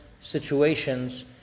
situations